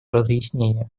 разъяснение